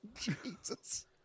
Jesus